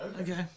Okay